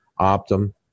Optum